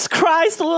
Christ